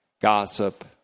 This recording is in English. gossip